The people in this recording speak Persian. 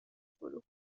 فروخت